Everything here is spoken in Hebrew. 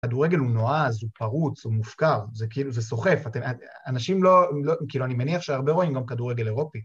כדורגל הוא נועז, הוא פרוץ, הוא מופקר, זה כאילו, זה סוחף, אתם, אנשים לא, כאילו אני מניח שהרבה רואים גם כדורגל אירופי.